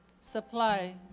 supply